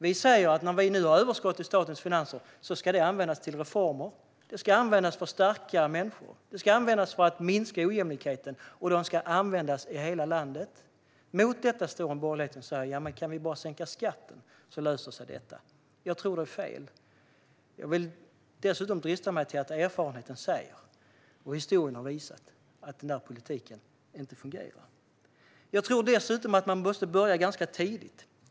Vi säger att när vi nu har överskott i statens finanser ska detta användas till reformer. Det ska användas för att stärka människor och för att minska ojämlikheten, och det ska användas i hela landet. Mot detta står borgerligheten och säger att det löser sig om vi bara kan sänka skatten. Jag tror att det är fel. Jag vill dessutom drista mig till att påstå att erfarenheten säger - och att historien har visat - att den politiken inte fungerar. Jag tror dessutom att man måste börja ganska tidigt.